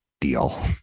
Deal